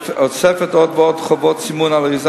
הוספת עוד ועוד חובות סימון על האריזה